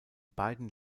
beiden